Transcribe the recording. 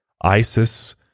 ISIS